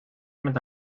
met